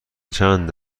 چند